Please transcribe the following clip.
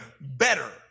better